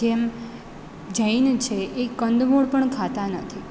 જેમ જૈન છે એ કંદમૂળ પણ ખાતા નથી